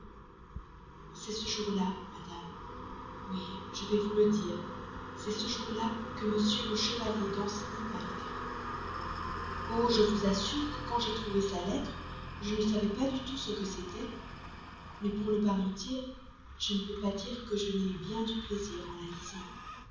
c'est ce jour-là madame oui je vais vous le dire c'est ce jour-là que m le chevalier danceny m'a écrit oh je vous assure que quand j'ai trouvé sa lettre je ne savais pas du tout ce que c'était mais pour ne pas mentir je ne peux pas dire que je n'aie eu bien du plaisir en la